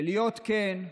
ולהיות כן,